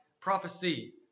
prophecy